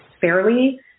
fairly